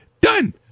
Done